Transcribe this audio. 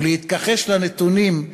ולהתכחש לנתונים,